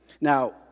Now